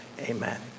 amen